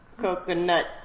coconut